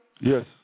Yes